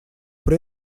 при